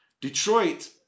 Detroit